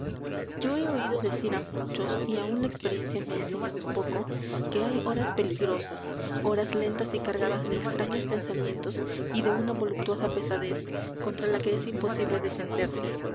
yo he oído decir á muchos y aun la experiencia me ha enseñado un poco que hay horas peligrosas horas lentas y cargadas de extraños pensamientos y de una voluptuosa pesadez contra la que es imposible defenderse